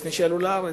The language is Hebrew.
לפני שעלו לארץ.